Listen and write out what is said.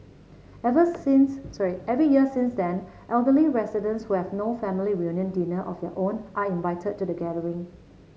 every since sorry every year since then elderly residents who have no family reunion dinner of their own are invited to the gathering